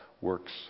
works